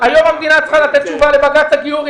היום המדינה צריכה לתת תשובה לבג"ץ על גיור.